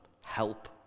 Help